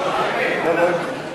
נגיעה אישית),